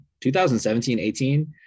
2017-18